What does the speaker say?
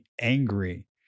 angry